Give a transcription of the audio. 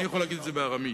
אני יכול להגיד את זה בארמית.